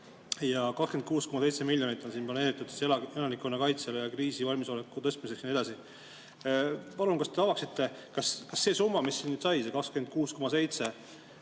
26,7 miljonit on siin planeeritud elanikkonnakaitsele ja kriisivalmisoleku tõstmiseks ja nii edasi. Palun, kas te avaksite, kas see summa, mis kirja sai, see 26,7